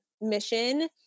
mission